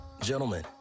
Gentlemen